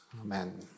amen